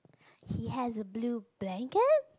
he has a blue blanket